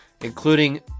including